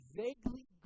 vaguely